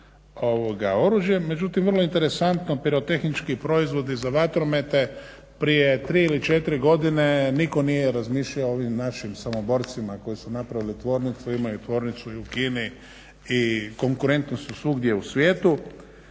Međutim vrlo interesantno pirotehnički proizvodi za vatromete, prije 3 ili 4 godine nitko nije razmišljao o ovim našim Samoborcima koji su napravili tvornicu, imaju tvornicu i u Kini, i konkurentni su svugdje u svijetu,